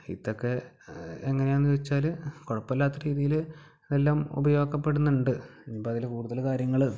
ഇതൊക്കെ എങ്ങനെയാന്ന് വെച്ചാല് കുഴപ്പമില്ലാത്ത രീതിയില് ഇതെല്ലാം ഉപയോഗപ്പെടുന്നുണ്ട് ഇപ്പം ഇതില് കൂടുതല് കാര്യങ്ങള്